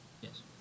Yes